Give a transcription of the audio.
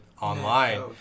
online